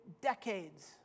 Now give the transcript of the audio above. decades